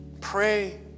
Pray